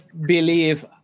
believe